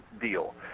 deal